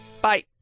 Bye